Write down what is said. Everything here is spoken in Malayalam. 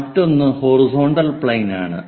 മറ്റൊന്ന് ഹൊറിസോണ്ടൽ പ്ലെയിൻ ആണ്